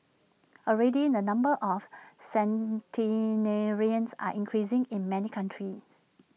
already the number of centenarians are increasing in many countries